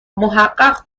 محقق